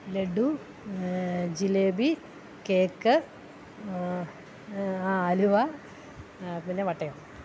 laddu jalebi cake അലുവ പിന്നെ വട്ടയപ്പം